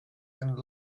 and